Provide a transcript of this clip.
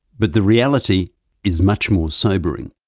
but the reality is much more sobering.